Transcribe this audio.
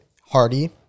Hardy